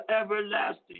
everlasting